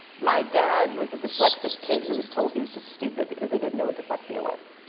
my dad was a dyslexic kid who was told he was just stupid, because they didn't know what dyslexia was.